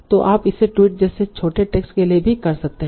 तो आप इसे ट्वीट जैसे छोटे टेक्स्ट के लिए भी कर सकते हैं